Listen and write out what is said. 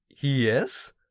yes